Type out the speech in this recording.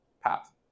path